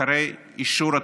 אחרי אישור התקציב,